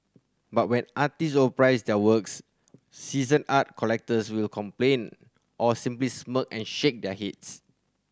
but when artist overprice their works seasoned art collectors will complain or simply smirk and shake their heads